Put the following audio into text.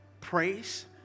praise